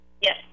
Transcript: Yes